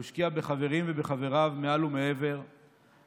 הוא השקיע בחברים ובחבריו מעל ומעבר,